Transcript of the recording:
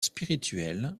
spirituels